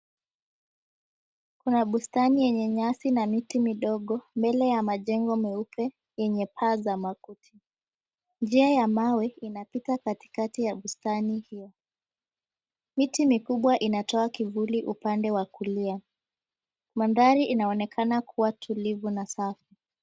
Kuna bustani yenye nyasi na miti midogo, mbele ya majengo meupe yenye paa za makuti. Njia ya mawe inapita katikati ya bustani hiyo. Miti mikubwa inatoa kivuli upande wa kulia. Mandhari inaonekana kuwa tulivu na safi.